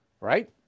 right